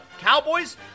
Cowboys